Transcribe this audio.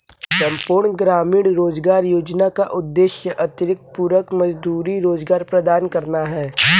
संपूर्ण ग्रामीण रोजगार योजना का उद्देश्य अतिरिक्त पूरक मजदूरी रोजगार प्रदान करना है